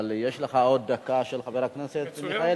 אבל יש לך עוד דקה של חבר הכנסת מיכאלי,